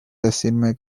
decirme